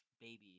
baby